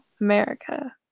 America